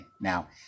Now